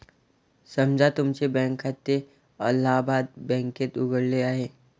समजा तुमचे बँक खाते अलाहाबाद बँकेत उघडले आहे